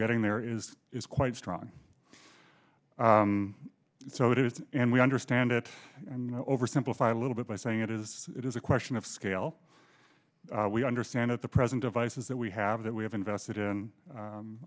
getting there is is quite strong so it is and we understand it and i oversimplify a little bit by saying it is it is a question of scale we understand at the present devices that we have that we have invested in